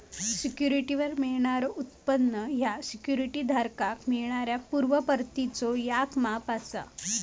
सिक्युरिटीवर मिळणारो उत्पन्न ह्या सिक्युरिटी धारकाक मिळणाऱ्यो पूर्व परतीचो याक माप असा